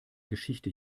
geschichte